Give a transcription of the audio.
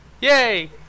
Yay